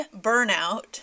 burnout